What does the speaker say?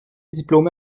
diplômé